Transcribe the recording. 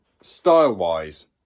style-wise